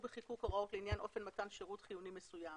בחיקוק הוראות לעניין אופן מתן שירות חיוני מסוים